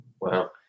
Wow